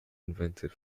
invented